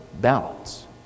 balance